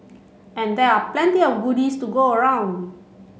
and there are plenty of goodies to go around